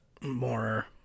more